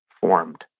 formed